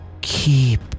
Keep